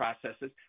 processes